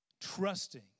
trusting